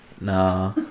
Nah